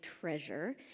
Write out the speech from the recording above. treasure